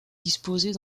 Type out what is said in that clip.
disposées